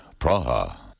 Praha